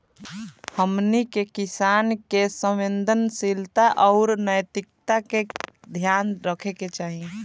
हमनी के किसान के संवेदनशीलता आउर नैतिकता के ध्यान रखे के चाही